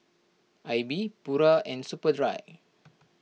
Aibi Pura and Superdry